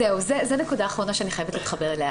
זו נקודה אחרונה שאני חייבת להתחבר אליה.